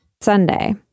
Sunday